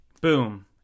Boom